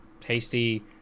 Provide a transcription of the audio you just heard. tasty